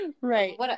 Right